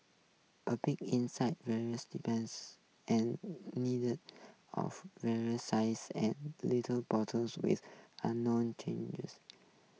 a peek inside depends and needed of vary sizes and little bottles with unknown